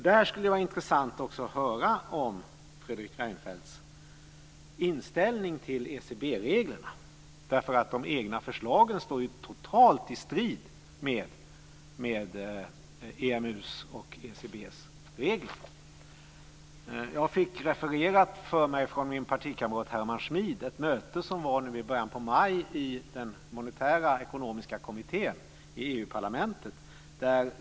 Det skulle vara intresant att höra Fredrik Reinfeldts inställning till ECB-reglerna. De egna förslagen står ju totalt i strid med EMU:s och ECB:s regler. Jag fick refererat för mig av min partikamrat Herman Schmid ett möte som var i början av maj i den monetära ekenomiska kommittén i EU parlamentet.